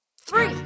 three